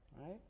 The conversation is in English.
Right